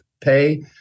pay